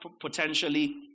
potentially